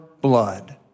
blood